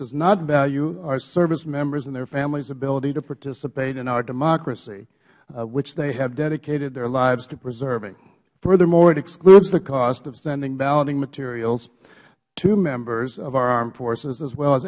does not value our service members and their families ability to participate in our democracy which they have dedicated their lives to preserving furthermore it excludes the cost of sending balloting materials to members of our armed forces as well as